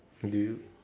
do you